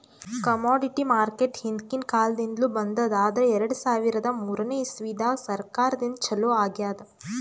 commodity market ಹಿಂದ್ಕಿನ್ ಕಾಲದಿಂದ್ಲು ಬಂದದ್ ಆದ್ರ್ ಎರಡ ಸಾವಿರದ್ ಮೂರನೇ ಇಸ್ವಿದಾಗ್ ಸರ್ಕಾರದಿಂದ ಛಲೋ ಆಗ್ಯಾದ್